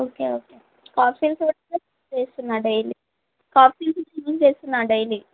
okay okay Cofsils వేసుకున్న daily capsules వేసుకున్న అని చెప్తున డైలీ